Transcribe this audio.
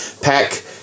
pack